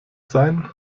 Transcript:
sein